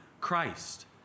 Christ